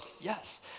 yes